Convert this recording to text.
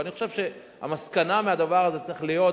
ואני חושב שהמסקנה מהדבר הזה צריכה להיות,